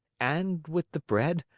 and with the bread,